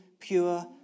pure